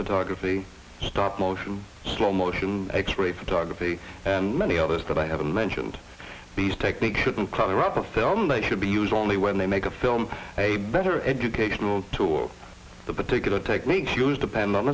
photography stop motion slow motion x ray photography and many others that i haven't mentioned these techniques shouldn't color other film they should be used only when they make a film a better educational tool the particular techniques used depend